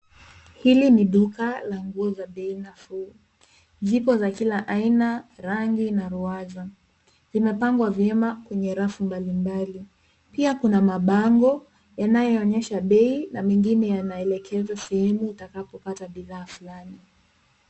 Hili ni duka la nguo za bei nafuu. Zipo za kila aina, rangi na ruwaza. Zimepangwa vyema kwenye rafu mbalimbali. Pia kuna mabango yanayoonyesha bei na mengine yanaelekeza sehemu utakapopata bidhaa fulani.